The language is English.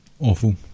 Awful